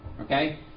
Okay